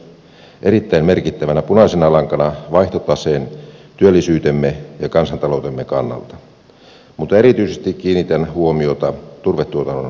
näen tämän myös erittäin merkittävänä punaisena lankana vaihtotaseen työllisyytemme ja kansantaloutemme kannalta mutta erityisesti kiinnitän huomiota turvetuotannon tulevaisuuteen